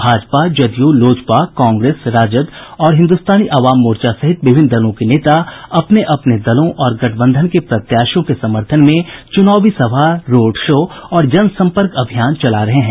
भाजपा जदयू लोजपा कांग्रेस राजद और हिन्दुस्तानी अवाम मोर्चा सहित विभिन्न दलों के नेता अपने अपने दलों और गठबंधन के प्रत्याशियों के समर्थन में चूनावी सभा रोड शो और जनसंपर्क अभियान चला रहे हैं